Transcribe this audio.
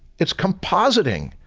it's compositing.